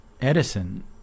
Edison